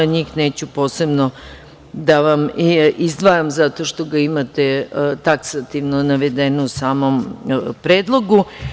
Njih neću posebno da vam izdvajam zato što imate taksativno navedeno u samom Predlogu.